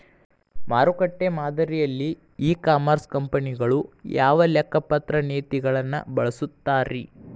ಮಾರುಕಟ್ಟೆ ಮಾದರಿಯಲ್ಲಿ e commerce ಕಂಪನಿಗಳು ಯಾವ ಲೆಕ್ಕಪತ್ರ ನೇತಿಗಳನ್ನ ಬಳಸುತ್ತಾರಿ?